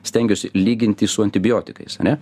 stengiuosi lyginti su antibiotikais ane